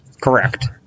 correct